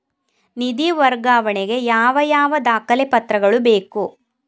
ನಿಧಿ ವರ್ಗಾವಣೆ ಗೆ ಯಾವ ಯಾವ ದಾಖಲೆ ಪತ್ರಗಳು ಬೇಕು?